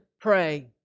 pray